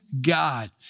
God